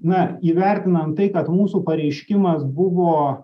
na įvertinant tai kad mūsų pareiškimas buvo